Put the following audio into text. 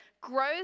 grows